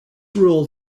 rule